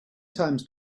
times